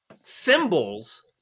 symbols